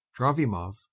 Dravimov